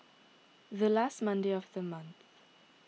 the last Monday of the month